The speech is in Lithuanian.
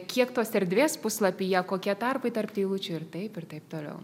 kiek tos erdvės puslapyje kokie tarpai tarp eilučių ir taip ir taip toliau